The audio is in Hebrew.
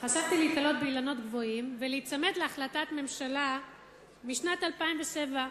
חשבתי להיתלות באילנות גבוהים ולהיצמד להחלטת ממשלה משנת 2007,